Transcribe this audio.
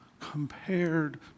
compared